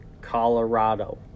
Colorado